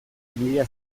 mila